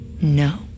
No